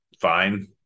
fine